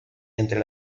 entre